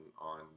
on